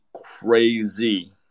crazy